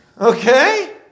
Okay